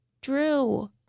Drew